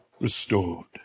restored